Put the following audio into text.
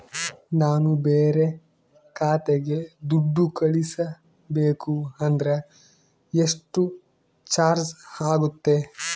ನಾನು ಬೇರೆ ಖಾತೆಗೆ ದುಡ್ಡು ಕಳಿಸಬೇಕು ಅಂದ್ರ ಎಷ್ಟು ಚಾರ್ಜ್ ಆಗುತ್ತೆ?